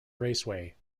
raceway